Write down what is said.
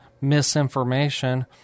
misinformation